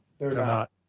they're not.